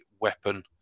weapon